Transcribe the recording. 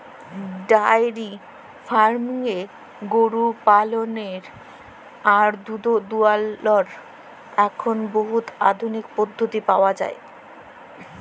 diary ফার্মিংয়ে গরু পাললেরলে আর দুহুদ দুয়ালর এখল বহুত আধুলিক পদ্ধতি পাউয়া যায়